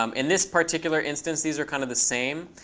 um in this particular instance, these are kind of the same.